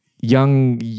Young